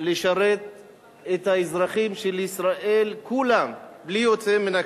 לשרת את האזרחים של ישראל כולם, בלי יוצא מן הכלל.